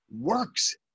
works